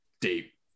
Deep